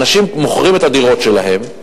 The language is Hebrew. אנשים מוכרים את הדירות שלהם.